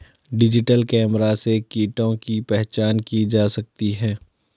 digital camera से कीटों की पहचान की जा सकती है